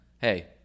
hey